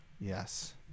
yes